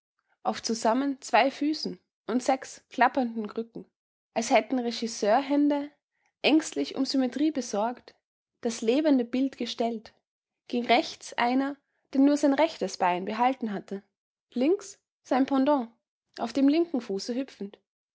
auf zusammen zwei füßen und sechs klappernden krücken als hätten regisseurhände ängstlich um symmetrie besorgt das lebende bild gestellt ging rechts einer der nur sein rechtes bein behalten hatte links sein pendant auf dem linken fuße hüpfend